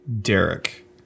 Derek